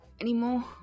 anymore